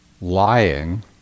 lying